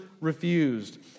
refused